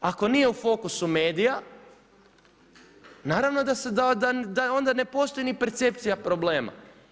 Ako nije u fokusu medija naravno da onda ne postoji ni percepcija problema.